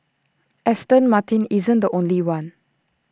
Aston Martin isn't the only one